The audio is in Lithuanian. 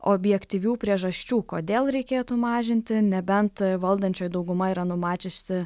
objektyvių priežasčių kodėl reikėtų mažinti nebent valdančioji dauguma yra numačiusi